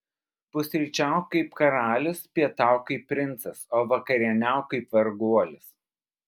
pusryčiauk kaip karalius pietauk kaip princas o vakarieniauk kaip varguolis